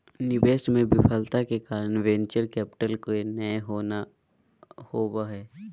निवेश मे विफलता के कारण वेंचर कैपिटल के नय होना होबा हय